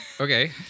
Okay